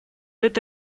эта